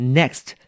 next